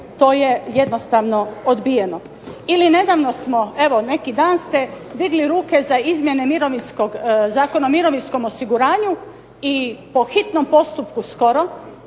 to je jednostavno odbijeno. Ili nedavno smo evo neki dan ste digli ruke za izmjene Zakona o mirovinskom osiguranju i po hitnom postupku skoro